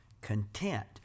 Content